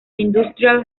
industrial